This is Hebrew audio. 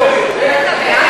לא?